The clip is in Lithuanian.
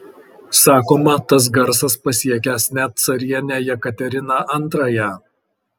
sakoma tas garsas pasiekęs net carienę jekateriną antrąją